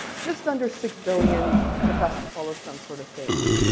just under six billion profess to follow some sort of faith.